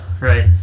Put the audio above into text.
right